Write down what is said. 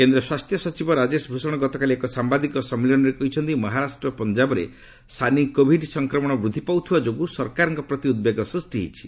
କେନ୍ଦ୍ର ସ୍ୱାସ୍ଥ୍ୟ ସଚିବ ରାଜେଶ ଭୂଷଣ ଗତକାଲି ଏକ ସାମ୍ବାଦିକ ସମ୍ମିଳନୀରେ କହିଛନ୍ତି ମହାରାଷ୍ଟ୍ର ଓ ପଞ୍ଜାବରେ ସାନି କୋଭିଡ ସଂକ୍ରମଣ ବୃଦ୍ଧି ପାଉଥିବା ଯୋଗୁଁ ସରକାରଙ୍କ ପ୍ରତି ଉଦ୍ବେଗ ସୃଷ୍ଟି ହୋଇଛି